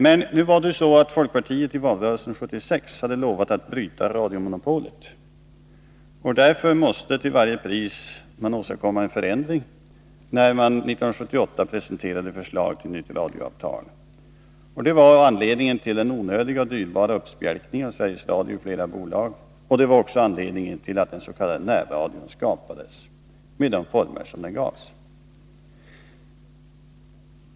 Men folkpartiet hade i valrörelsen 1976 lovat att bryta radiomonopolet. Därför måste man till varje pris åstadkomma en förändring när man 1978 presenterade förslag till nytt radioavtal. Det var anledningen till den onödiga och dyrbara uppspjälkningen av Sveriges Radio i flera bolag. Det var också anledningen till att den s.k. närradion skapades med de former den gavs.